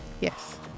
Yes